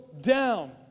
down